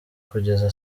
kugeza